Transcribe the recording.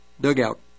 dugout